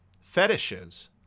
fetishes